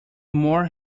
more